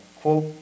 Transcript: quote